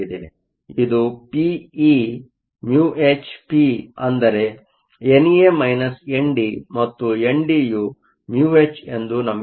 ಇದು peμhp ಅಂದರೇ N A N D ಮತ್ತು ಎನ್ಡಿಯು μhಎಂದು ನಮಗೆ ತಿಳಿದಿದೆ